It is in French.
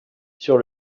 sur